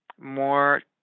more